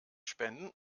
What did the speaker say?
spenden